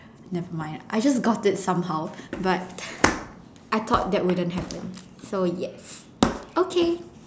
never mind I just got it somehow but I thought that wouldn't happen so yes okay